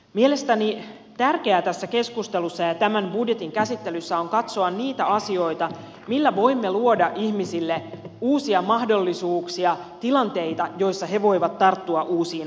mielestäni tärkeää tässä keskustelussa ja tämän budjetin käsittelyssä on katsoa niitä asioita millä voimme luoda ihmisille uusia mahdollisuuksia tilanteita joissa he voivat tarttua uusiin mahdollisuuksiin